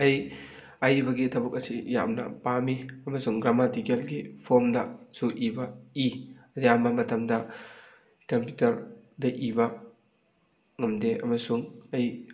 ꯑꯩ ꯑꯌꯤꯕꯒꯤ ꯊꯕꯛ ꯑꯁꯤ ꯌꯥꯝꯅ ꯄꯥꯝꯃꯤ ꯑꯃꯁꯨꯡ ꯒ꯭ꯔꯃꯥꯇꯤꯀꯦꯜꯒꯤ ꯐꯣꯝꯗꯁꯨ ꯏꯕ ꯏ ꯑꯌꯥꯝꯕ ꯃꯇꯝꯗ ꯀꯝꯄ꯭ꯌꯨꯇꯔꯗ ꯏꯕ ꯉꯝꯗꯦ ꯑꯃꯁꯨꯡ ꯑꯩ